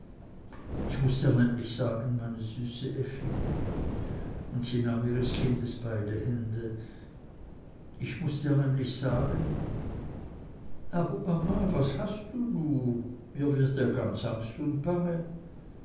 ich muß dir nämlich sagen meine süße effi und sie nahm ihres kindes beide hände ich muß dir nämlich sagen aber mama was hast du nur mir wird ja ganz angst und bange